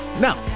Now